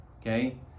okay